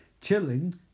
chilling